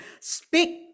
speak